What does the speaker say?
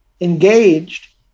engaged